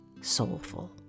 soulful